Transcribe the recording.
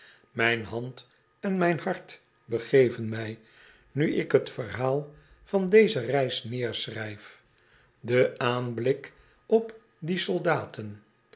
mijn hand en mijn hart begeven mij nu ik t verhaal van deze reis neerschrijf de aanblik op die soldaten